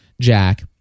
jack